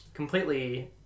Completely